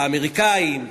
האמריקנים,